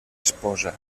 esposa